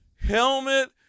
helmet